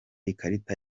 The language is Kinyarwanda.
ikarita